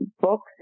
books